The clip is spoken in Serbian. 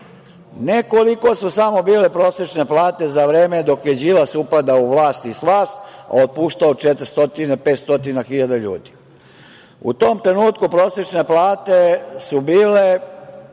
ne koliko su samo bile prosečne plate za vreme dok je Đilas upadao u vlast i slast, a otpuštao 400, 500.000 ljudi. U tom trenutku prosečne plate su bile